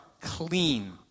clean